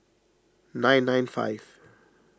nine nine five